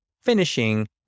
finishing